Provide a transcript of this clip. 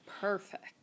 perfect